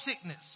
sickness